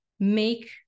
make